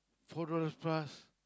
four dollars plus